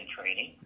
training